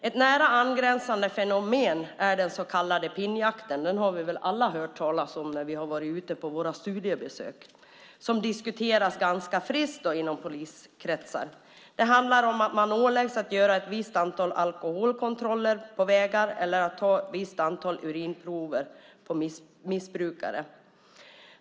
Ett nära angränsande fenomen är den så kallade pinnjakten. Det har vi väl alla hört talas om när vi har varit ute på studiebesök. Den diskuteras ganska friskt i poliskretsar. Det handlar om att man åläggs att göra ett visst antal alkoholkontroller på vägar eller att ta ett visst antal urinprover på missbrukare.